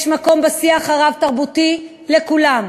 יש מקום בשיח הרב-תרבותי לכולם.